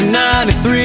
93